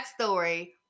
backstory